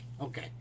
Okay